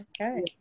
Okay